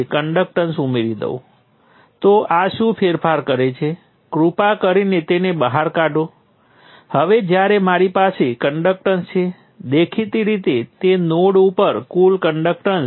I11 અલબત્ત V1 એ R11 દ્વારા વહેંચાયેલું છે પરંતુ I12 મને ખબર નથી વોલ્ટેજ અને તત્વ સંબંધની દ્રષ્ટિએ તે વ્યક્ત કરી શકતો નથી